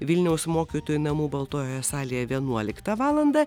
vilniaus mokytojų namų baltojoje salėje vienuoliktą valandą